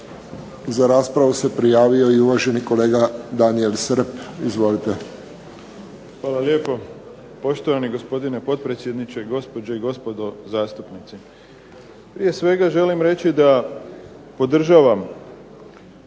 Za raspravu se prijavio i uvaženi kolega Daniel Srb. **Srb, Daniel (HSP)** Hvala lijepo, poštovani gospodine potpredsjedniče, gospođe i gospodo zastupnici. Prije svega želim reći da podržavam